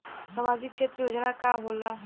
सामाजिक क्षेत्र योजना का होला?